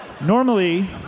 Normally